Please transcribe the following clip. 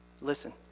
Listen